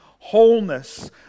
Wholeness